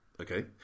Okay